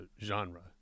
genre